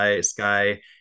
sky